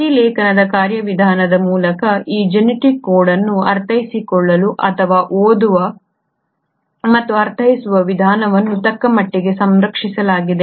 ಪ್ರತಿಲೇಖನದ ಕಾರ್ಯವಿಧಾನದ ಮೂಲಕ ಈ ಜೆನೆಟಿಕ್ ಕೋಡ್ ಅನ್ನು ಅರ್ಥೈಸಿಕೊಳ್ಳುವ ಅಥವಾ ಓದುವ ಮತ್ತು ಅರ್ಥೈಸುವ ವಿಧಾನವನ್ನು ತಕ್ಕಮಟ್ಟಿಗೆ ಸಂರಕ್ಷಿಸಲಾಗಿದೆ